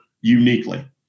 uniquely